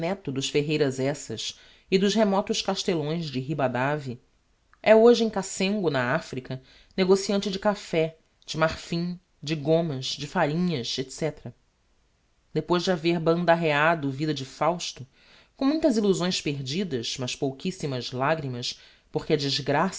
neto dos ferreiras eças e dos remotos castellões de riba d'ave é hoje em cassengo na africa negociante de café de marfim de gommas de farinhas etc depois de haver bandarreado vida de fausto com muitas illusões perdidas mas pouquissimas lagrimas porque a desgraça